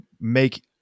make